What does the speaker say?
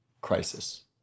crisis